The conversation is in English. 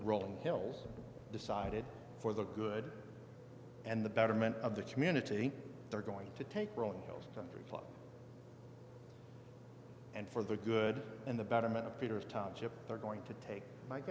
rolling hills decided for the good and the betterment of the community they're going to take rolling stone three and for the good and the betterment of peter's top ship they're going to take my